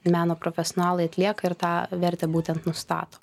meno profesionalai atlieka ir tą vertę būtent nustato